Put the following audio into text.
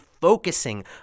focusing